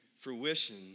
fruition